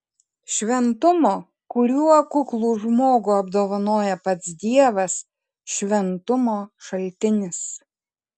šventumo kuriuo kuklų žmogų apdovanoja pats dievas šventumo šaltinis